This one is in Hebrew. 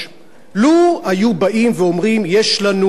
לו היו באים ואומרים: יש לנו פתרון.